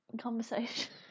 conversation